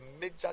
major